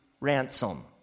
ransom